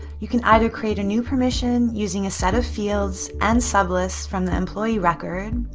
you can either create a new permission using a set of fields and sublists from the employee record,